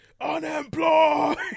unemployed